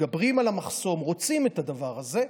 מתגברים על המחסום, רוצים את הדבר הזה.